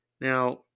Now